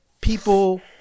People